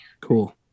Cool